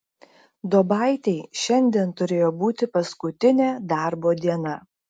duobaitei šiandien turėjo būti paskutinė darbo diena